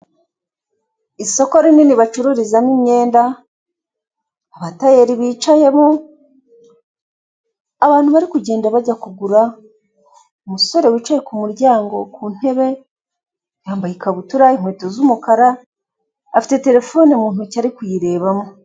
Intebe yo kwegamaho y'imifariso imwe n'indi iri hakurya nini irimo imifariso hasi harimo amakaro n'akantu kari imbere bararambika utuntu na kizimyamuriro iri inyuma ebyiri ahantu hameze neza.